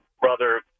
brother